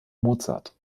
mozart